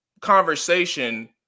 conversation